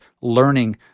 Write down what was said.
learning